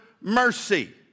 mercy